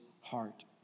heart